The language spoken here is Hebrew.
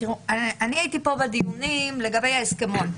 תראו, אני הייתי פה בדיונים לגבי ההסכמון.